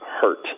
hurt